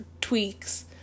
tweaks